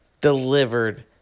Delivered